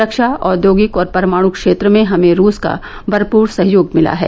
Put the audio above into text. रक्षा औद्योगिक और परमाणु क्षेत्र में हमें रूस का भरपूर सहयोग मिला है